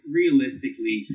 realistically